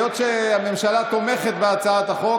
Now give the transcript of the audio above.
היות שהממשלה תומכת בהצעת החוק,